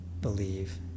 believe